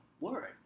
word